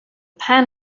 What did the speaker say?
pan